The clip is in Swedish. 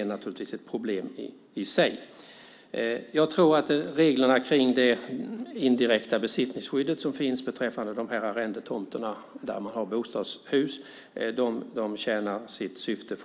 är naturligtvis ett problem i sig. Jag tror att reglerna kring det indirekta besittningsskyddet beträffande arrendetomter där man har bostadshus fortfarande tjänar sitt syfte.